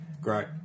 Great